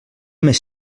més